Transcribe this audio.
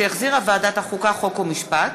שהחזירה ועדת החוקה, חוק ומשפט.